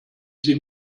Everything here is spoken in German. sie